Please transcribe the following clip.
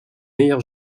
meilleur